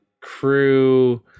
crew